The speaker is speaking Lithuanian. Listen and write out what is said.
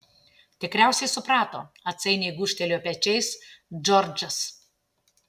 tikriausiai suprato atsainiai gūžtelėjo pečiais džordžas